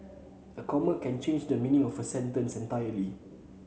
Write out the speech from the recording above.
a comma can change the meaning of a sentence entirely